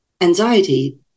anxiety